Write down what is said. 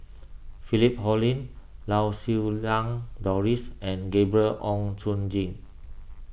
Philip Hoalim Lau Siew Lang Doris and Gabriel Oon Chong Jin